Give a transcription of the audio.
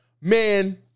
Man